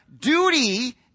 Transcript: duty